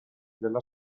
della